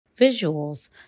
visuals